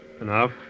Enough